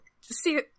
see